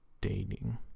dating